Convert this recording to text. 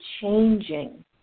changing